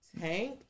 Tank